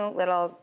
little